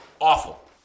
awful